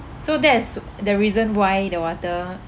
so that is the reason why the water